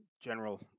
general